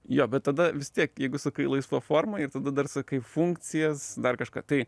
jo bet tada vis tiek jeigu sakai laisva forma ir tada dar sakai funkcijas dar kažką tai